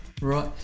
Right